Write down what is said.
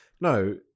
No